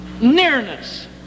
nearness